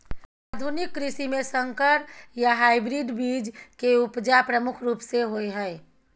आधुनिक कृषि में संकर या हाइब्रिड बीज के उपजा प्रमुख रूप से होय हय